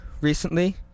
recently